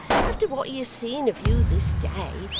after what he has seen of you this day,